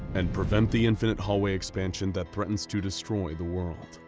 and prevent the infinite hallway expansion that threatens to destroy the world.